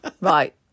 Right